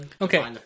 Okay